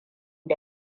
da